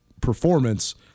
performance